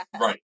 Right